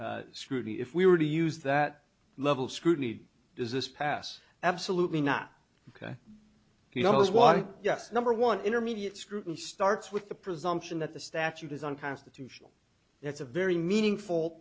e scrutiny if we were to use that level of scrutiny does this pass absolutely not ok you know what yes number one intermediate scrutiny starts with the presumption that the statute is unconstitutional it's a very meaningful